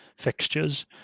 fixtures